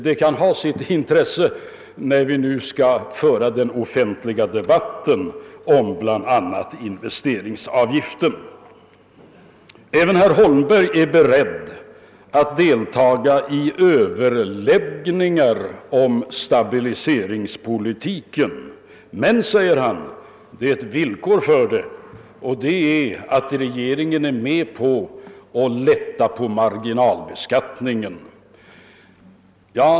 Det kan ha sitt intresse när vi nu skall föra den offentliga debatten om bl.a. investeringsavgiften. Även herr Holmberg är beredd att delta i överläggningar om stabiliseringspolitiken, men, säger han, det finns ett villkor, och det är att regeringen går med på att lätta på marginalbeskattningen.